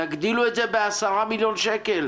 תגדילו את זה ב-10 מיליון שקלים.